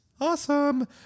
Awesome